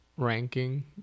Ranking